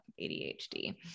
ADHD